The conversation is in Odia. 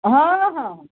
ହଁ ହଁ